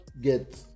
get